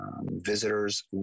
visitors